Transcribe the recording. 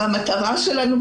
המטרה שלנו,